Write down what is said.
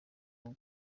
rugo